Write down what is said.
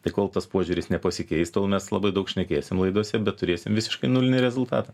tai kol tas požiūris nepasikeis tol mes labai daug šnekėsim laidose bet turėsim visiškai nulinį rezultatą